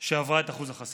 שעבר את אחוז החסימה.